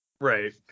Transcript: Right